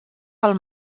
pel